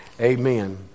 amen